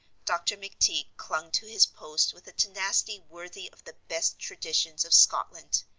dr. mcteague clung to his post with a tenacity worthy of the best traditions of scotland.